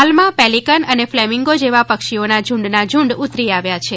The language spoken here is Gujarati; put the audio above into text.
હાલમા પેલીકન અને ફલેમીંગો જેવા પક્ષીઓના ઝુંડના ઝુંડ ઉતરી આવ્યા છે